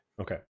okay